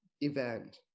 event